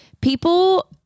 People